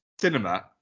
cinema